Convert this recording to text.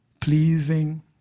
pleasing